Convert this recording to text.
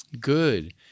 Good